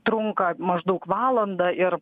trunka maždaug valandą ir